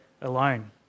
alone